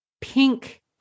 pink